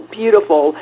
beautiful